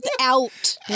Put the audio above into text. out